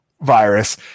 virus